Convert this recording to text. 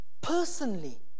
personally